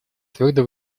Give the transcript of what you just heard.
твердо